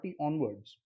onwards